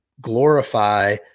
glorify